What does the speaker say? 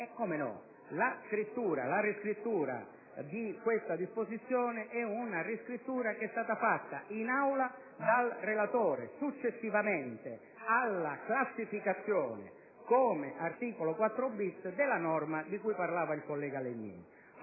in Aula dal relatore. La riscrittura di questa disposizione, infatti, è stata fatta in Aula dal relatore successivamente alla classificazione come articolo 4‑*bis* della norma di cui parlava il collega Legnini.